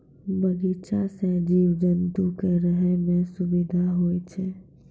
बगीचा सें जीव जंतु क रहै म सुबिधा होय छै